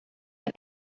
ein